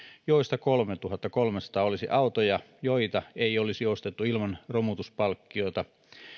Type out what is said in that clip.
joista kolmetuhattakolmesataa olisi autoja joita ei olisi ostettu ilman romutuspalkkiota